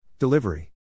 Delivery